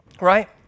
right